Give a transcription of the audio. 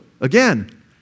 Again